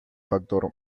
factor